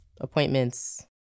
appointments